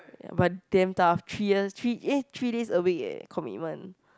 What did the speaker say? but damn tough three years three eh three days a week eh commitment